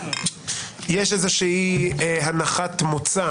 יש איזושהי הנחת מוצא